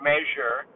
measure